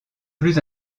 plus